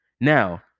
Now